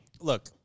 Look